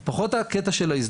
פחות דרך ההזדהות,